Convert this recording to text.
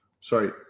Sorry